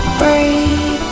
break